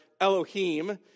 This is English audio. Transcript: Elohim